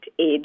age